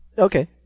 Okay